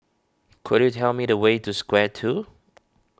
could you tell me the way to Square two